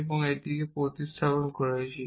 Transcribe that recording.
এবং এটিকে প্রতিস্থাপন করেছি